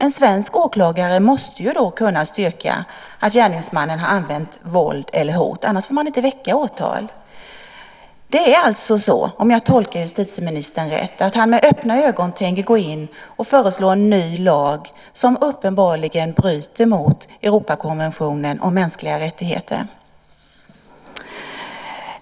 En svensk åklagare måste ju då kunna styrka att gärningsmannen har använt våld eller hot, annars får man inte väcka åtal. Om jag tolkar justitieministern rätt, tänker han med öppna ögon föreslå en ny lag som uppenbarligen bryter mot Europakonventionen om mänskliga rättigheter.